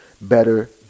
better